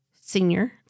senior